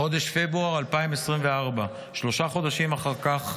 בחודש פברואר 2024, שלושה חודשים אחר כך,